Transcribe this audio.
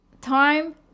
time